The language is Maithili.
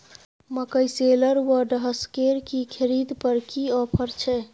मकई शेलर व डहसकेर की खरीद पर की ऑफर छै?